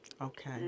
Okay